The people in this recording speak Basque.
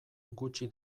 gutxi